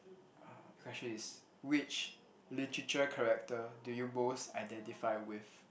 ah the question is which literature character do you most identify with